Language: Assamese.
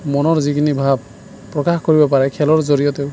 মনৰ যিখিনি ভাৱ প্ৰকাশ কৰিব পাৰে খেলৰ জৰিয়তেও